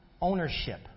ownership